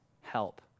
help